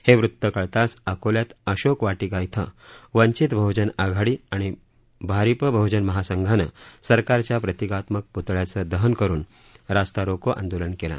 हे वृत कळताच अकोल्यात अशोक वाटिका इथं वंचित बहजन आघाडी आणि आरिप बहजन महासंघानं सरकारच्या प्रतिकात्मक प्तळ्याचे दहन करून रास्ता रोको आंदोलन केलं